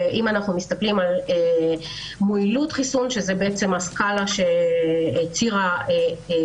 ואם אנחנו מסתכלים על מועילות חיסון זאת הסקאלה של ציר ה-Y